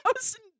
thousand